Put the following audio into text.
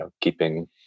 keeping